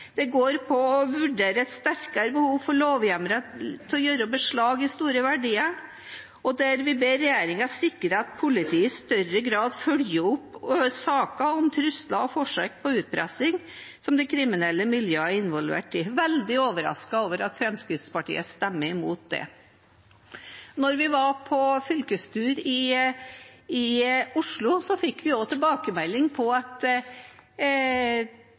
på å vurdere et sterkere behov for lovhjemler til å gjøre beslag i store verdier, og at vi ber regjeringen sikre at politiet i større grad følger opp saker om trusler og forsøk på utpressing som de kriminelle miljøene er involvert i. Jeg er veldig overrasket over at Fremskrittspartiet stemmer imot det. Da vi var på fylkestur i Oslo, fikk vi også tilbakemelding om at